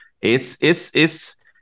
it's—it's—it's